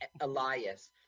Elias